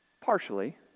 Partially